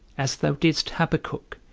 as thou didst habbakuk,